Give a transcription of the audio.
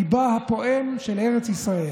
ליבה הפועם של ארץ ישראל,